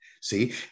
see